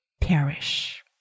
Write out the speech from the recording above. perish